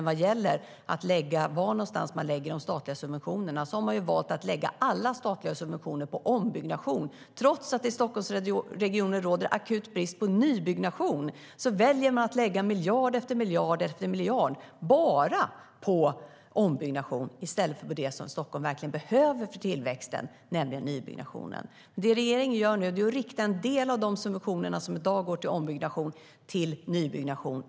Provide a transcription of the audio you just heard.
Vad gäller var någonstans man lägger de statliga subventionerna har man valt att lägga alla statliga subventioner på ombyggnation. Trots att det i Stockholmsregionen råder akut brist på nybyggnation väljer man att lägga miljard efter miljard bara på ombyggnation i stället för på det som Stockholm verkligen behöver för tillväxten, nämligen nybyggnationen. Det regeringen nu gör är att i stället rikta en del av de subventioner som i dag går till ombyggnation till nybyggnation.